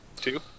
Two